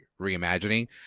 reimagining